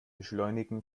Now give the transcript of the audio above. beschleunigen